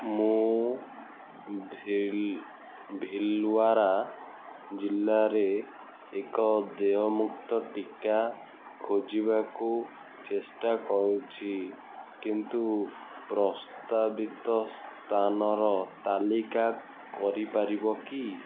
ମୁଁ ଭୀଲ୍ ଭୀଲ୍ୱାରା ଜିଲ୍ଲାରେ ଏକ ଦେୟମୁକ୍ତ ଟିକା ଖୋଜିବାକୁ ଚେଷ୍ଟା କରୁଛି କିନ୍ତୁ ପ୍ରସ୍ତାବିତ ସ୍ଥାନର ତାଲିକା କରିପାରିବ କି